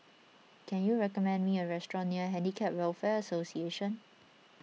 can you recommend me a restaurant near Handicap Welfare Association